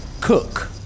Cook